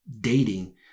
dating